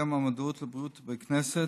יום המודעות לבריאות בכנסת.